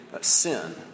sin